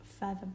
further